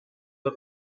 the